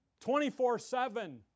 24-7